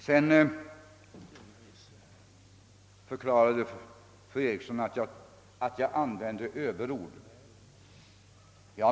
Sedan förklarade fru Eriksson i Stockholm att jag använde överord.